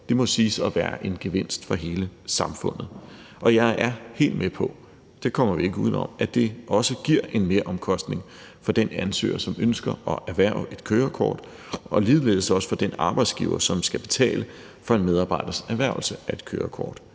Det må siges at være en gevinst for hele samfundet. Jeg er helt med på – det kommer vi ikke uden om – at det også giver en meromkostning for den ansøger, som ønsker at erhverve et kørekort, og ligeledes også for den arbejdsgiver, som skal betale for en medarbejders erhvervelse af et kørekort.